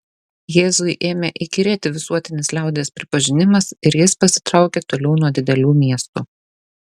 jėzui ėmė įkyrėti visuotinis liaudies pripažinimas ir jis pasitraukė toliau nuo didelių miestų